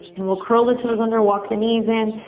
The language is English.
and we'll curl the toes under. walk the knees in.